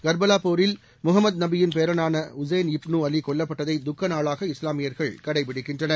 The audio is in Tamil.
கர்பலா போரில் முஹமது நபியின் பேரனான உசேன் இப்னு அலி கொல்லப்பட்டதை துக்க நாளாக இஸ்லாமியர்கள் கடைபிடிக்கின்றனர்